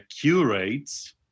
curates